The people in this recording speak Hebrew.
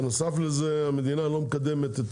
בנוסף לזה, המדינה לא מקדמת את